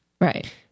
Right